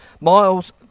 Miles